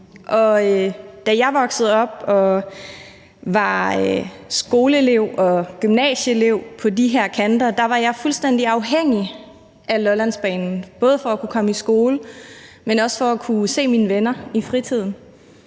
da jeg voksede op og var skoleelev og gymnasieelev på de kanter, var jeg fuldstændig afhængig af Lollandsbanen både for at kunne komme i skole, men også for at kunne se mine venner i fritiden.